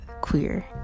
queer